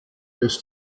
des